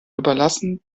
überlassen